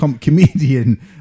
comedian